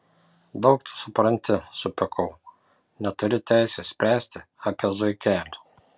daug tu supranti supykau neturi teisės spręsti apie zuikelį